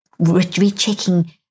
rechecking